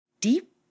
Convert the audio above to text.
Deep